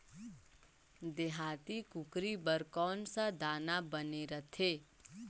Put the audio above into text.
देहाती कुकरी बर कौन सा दाना बने रथे?